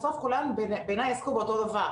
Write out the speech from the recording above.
בסוף כולן בעיניי עסקו באותו דבר,